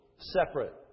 separate